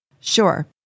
Sure